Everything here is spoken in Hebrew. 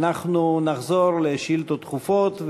אנחנו נחזור לשאילתות דחופות,